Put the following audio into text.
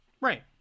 Right